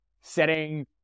setting